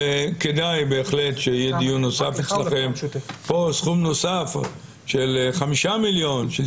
כדאי שיהיה אצלכם דיון נוסף על סכום נוסף של חמישה מיליון שקל,